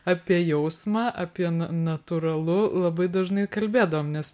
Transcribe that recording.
apie jausmą apie na natūralu labai dažnai kalbėdavom nes